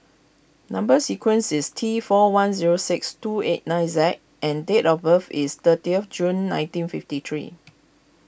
Number Sequence is T four one zero six two eight nine Z and date of birth is thirtieth June nineteen fifty three